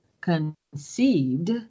conceived